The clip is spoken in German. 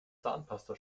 zahnpasta